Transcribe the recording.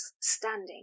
standing